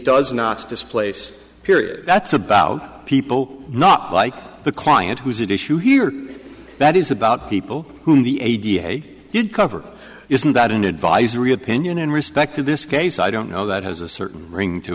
does not displace period that's about people not like the client who is it issue here that is about people whom the a d f a did cover isn't that an advisory opinion in respect to this case i don't know that has a certain ring to